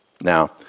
Now